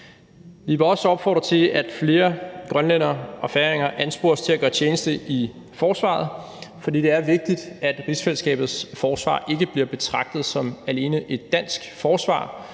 Vi vil også opfordre til, at flere grønlændere og færinger anspores til at gøre tjeneste i forsvaret, for det er vigtigt, at rigsfællesskabets forsvar ikke bliver betragtet som alene et dansk forsvar.